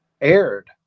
aired